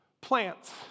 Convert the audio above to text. plants